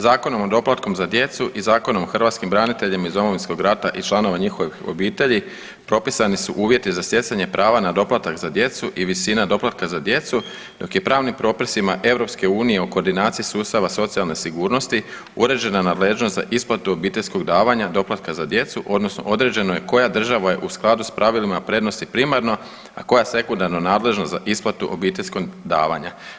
Zakonom o doplatku za djecu i Zakonom o hrvatskim braniteljima iz Domovinskog rata i članova njihovih obitelji propisani su uvjeti za stjecanje prava na doplatak za djecu i visina doplatka za djecu dok je pravnim propisima EU-a o koordinaciji sustava socijalne sigurnosti uređena nadležnost za isplatu obiteljskog davanja doplatka za djecu odnosno određeno je koja država je u skladu sa pravilima prednosti primarno a koja sekundarno nadležna za isplatu obiteljskog davanja.